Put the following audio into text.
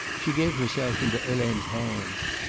she gave herself into helene's hands.